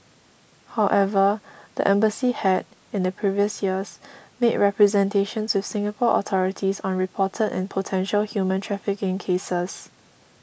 however the embassy had in the previous years made representations with Singapore authorities on reported and potential human trafficking cases